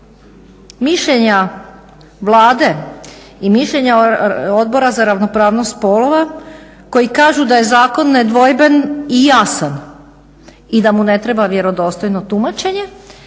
mišljenja Vlade i mišljenja Odbora za ravnopravnost spolova koji kažu da je zakon nedvojben i jasan i da mu ne treba vjerodostojno tumačenje.